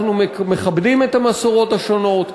אנחנו מכבדים את המסורות השונות,